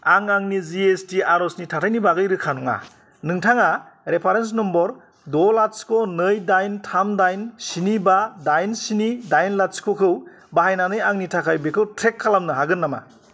आं आंनि G S T आर'जनि थाथायनि बागै रोखा नङा नोंथाङा रेफारेन्स नम्बर द' लाथिख' नै दाइन थाम दाइन स्नि बा दाइन स्नि दाइन लाथिख'खौ बाहायनानै आंनि थाखाय बेखौ ट्रेक खालामनो हागोन नामा